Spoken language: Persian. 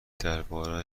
درباره